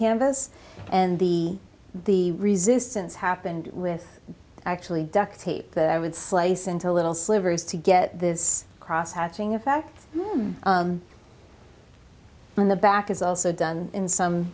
canvas and the the resistance happened with actually duct tape that i would slice into little slivers to get this crosshatching effect on the back is also done in some